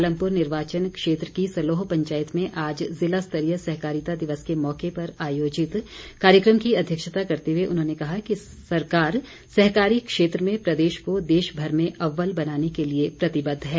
पालमपुर निर्वाचन क्षेत्र की सलोह पंचायत में आज ज़िला स्तरीय सहकारिता दिवस के मौके आयोजित कार्यक्रम की अध्यक्षता करते हुए उन्होंने कहा कि सरकार सहकारी क्षेत्र में प्रदेश को देशभर में अव्वल बनाने के लिए प्रतिबद्ध है